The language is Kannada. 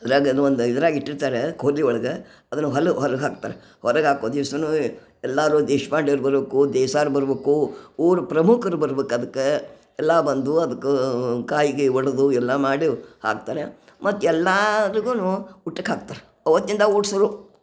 ಇದ್ರಾಗ ಇಟ್ಟಿರ್ತಾರೆ ಒಳಗೆ ಅದನ್ನ ಹೊರಗೆ ಹಾಕ್ತಾರೆ ಹೊರಗೆ ಹಾಕೋ ದಿವಸಾನು ಎಲ್ಲಾರು ದೇಶ್ಪಾಂಡೆ ಅವರು ಬರಬೇಕು ದೇಸಾರು ಬರಬೇಕು ಊರು ಪ್ರಮುಖರು ಬರ್ಬೇಕು ಅದ್ಕ ಎಲ್ಲಾ ಬಂದು ಅದಕ್ಕು ಕಾಯಿ ಗೀಯಿ ಒಡೆದು ಎಲ್ಲ ಮಾಡಿ ಹಾಕ್ತಾರೆ ಮತ್ತೆ ಎಲ್ಲಾರ್ಗುನು ಊಟಕ್ಕೆ ಹಾಕ್ತಾರೆ ಅವತ್ತಿಂದ ಊಟ ಶುರು